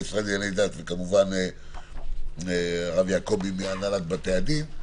וכמובן הרב יעקבי מהנהלת בתי הדין,